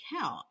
count